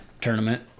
tournament